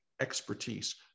expertise